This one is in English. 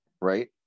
right